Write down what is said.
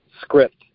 script